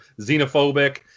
xenophobic